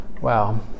wow